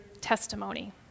testimony